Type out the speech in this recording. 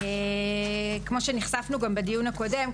כפי שנחשפנו גם בדיון הקודם,